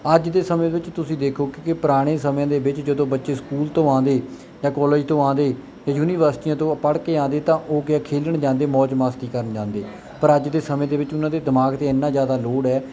ਅੱਜ ਦੇ ਸਮੇਂ ਵਿੱਚ ਤੁਸੀਂ ਦੇਖੋਗੇ ਕਿ ਪੁਰਾਣੇ ਸਮੇਂ ਦੇ ਵਿੱਚ ਜਦੋਂ ਬੱਚੇ ਸਕੂਲ ਤੋਂ ਆਉਂਦੇ ਜਾਂ ਕਾਲਜ ਤੋਂ ਆਉਂਦੇ ਯੂਨੀਵਰਸਿਟੀਆਂ ਤੋਂ ਪੜ੍ਹ ਕੇ ਆਉਂਦੇ ਤਾਂ ਉਹ ਕਿਆ ਖੇਲਣ ਜਾਂਦੇ ਮੌਜ ਮਸਤੀ ਕਰਨ ਜਾਂਦੇ ਪਰ ਅੱਜ ਦੇ ਸਮੇਂ ਦੇ ਵਿੱਚ ਉਹਨਾਂ ਦੇ ਦਿਮਾਗ ਤੇ ਐਨਾ ਜਿਆਦਾ ਲੋਡ ਐ